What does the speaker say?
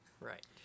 Right